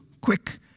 quick